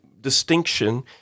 distinction